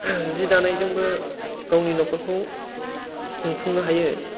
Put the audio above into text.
सि दानायजोंबो गावनि न'खरखौ खुंफुंनो हायो